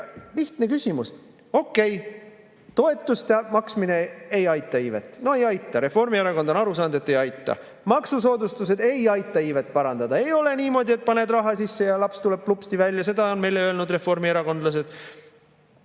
lihtne küsimus. Okei, toetuste maksmine ei aita iivet, no ei aita. Reformierakond on aru saanud, et ei aita. Maksusoodustused ei aita iivet parandada. Ei ole niimoodi, et paned raha sisse ja laps tuleb lupsti välja – seda on meile öelnud reformierakondlased.